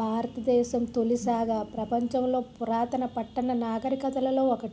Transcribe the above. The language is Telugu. భారతదేశం తొలిసాగా ప్రపంచంలో పూరతన పట్టణ నాగరికతలలో ఒకటి